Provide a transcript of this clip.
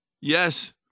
yes